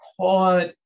caught